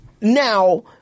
Now